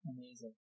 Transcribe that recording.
Amazing